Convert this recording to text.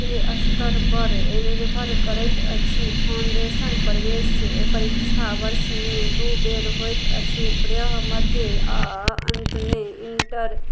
से अस्तरपर निर्भर करैत अछि फाउण्डेशन प्रवेश परीक्षा वर्षमे दुइ बेर होइत अछि प्रयह मध्य आओर अन्तमे इण्टर